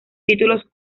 títulos